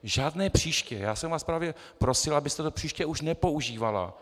Žádné příště, já jsem vás právě prosil, abyste to příště už nepoužívala.